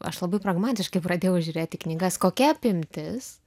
aš labai pragmatiškai pradėjau žiūrėt knygas kokia apimtis